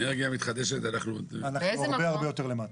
באנרגיה מתחדשת אנחנו --- אנחנו הרבה יותר למטה.